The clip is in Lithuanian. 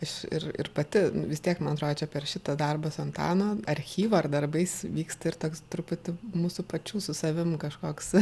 aš ir ir pati vis tiek man atrodo čia per šitą darbą su antanu archyvą ar darbais vyksta ir toks truputį mūsų pačių su savim kažkoks